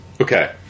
Okay